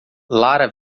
lara